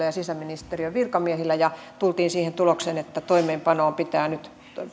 ja sisäministeriön virkamiehillä ja tultiin siihen tulokseen että toimeenpanoon pitää nyt